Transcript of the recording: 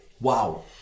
Wow